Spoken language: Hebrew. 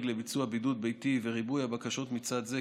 לביצוע בידוד ביתי וריבוי הבקשות מסוג זה,